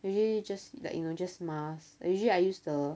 usually just like you know just mask like usually I use the